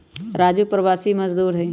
राजू प्रवासी मजदूर हई